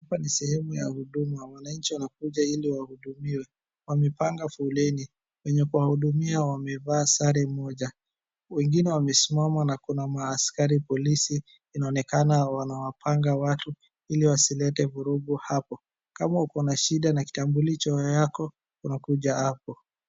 Hapa ni sehemu ya huduma. Wananchi wanakuja ili wahudumiwe. Wamepanga foleni. Wenye kuwahudumia wamevaa sare moja. Wengine wamesimama na kuna maaskari polisi, inaonekana wanawapanga watu ili wasilete vurugu hapo. Kama uko na shida na kitambulisho yako, unakuja hapo.